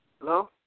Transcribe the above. Hello